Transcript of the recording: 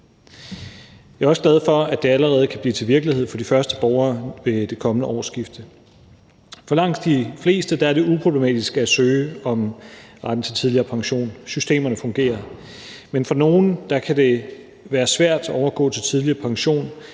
Jeg er også glad for, at det allerede kan blive til virkelighed for de første borgere ved det kommende årsskifte. For langt de fleste er det uproblematisk at søge om retten til tidligere pension. Systemerne fungerer. Men for nogle kan det være svært at overgå til tidligere pension,